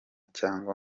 cyangwa